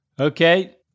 Okay